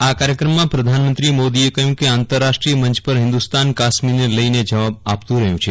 આ કાર્યક્રમમાં પ્રધાનમંત્રી મોદીએ કહ્યું આંતરરાષ્ટ્રીય મંચ પર હિંદુસ્તાન કાશ્મીરને લઇને જવાબ આપતું રહ્યું છે